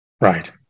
Right